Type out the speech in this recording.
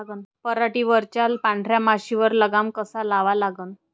पराटीवरच्या पांढऱ्या माशीवर लगाम कसा लावा लागन?